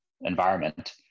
environment